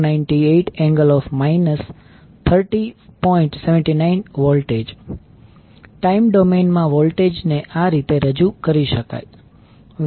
79V time domain માં voltage ને આ રીતે રજુ કરી શકાય v22